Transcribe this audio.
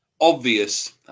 Obvious